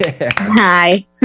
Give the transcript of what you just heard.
Hi